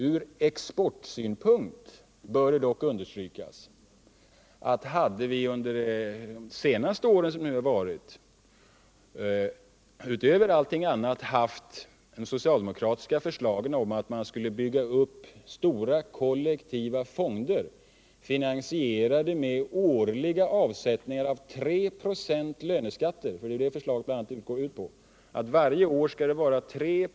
Från exportsynpunkt bör det dock understrykas, att om vi under de senaste åren utöver allt annat också hade haft de socialdemokratiska förslagen om att bygga upp stora kollektiva fonder, finansierade med årliga avsättningar från en treprocentig löneskatt, så tror jag inte att det skulle ha bidragit till att stärka vår konkurrenskraft internationellt.